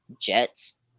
Jets